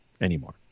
anymore